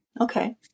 Okay